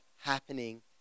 happening